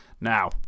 Now